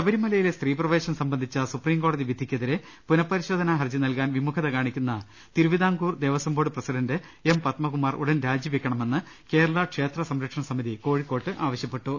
ശബരിമലയിലെ സ്ത്രീ പ്രവേശം സംബന്ധിച്ച സുപ്രീംകോടതി വിധിക്കെതിരെ പുനഃപരിശോധന ഹർജി നൽകാൻ വിമുഖത കാണി ക്കുന്ന Thiruvithamkoor Devaswom board president M Padmakumar ഉടൻ രാജിവെയ്ക്കണമെന്ന് കേരള ക്ഷേത്ര സംരക്ഷണസ മിതി കോഴിക്കോട്ട് ആവശ്യപ്പെട്ടു